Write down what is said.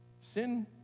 Sin